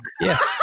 yes